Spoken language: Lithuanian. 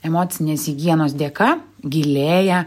emocinės higienos dėka gilėja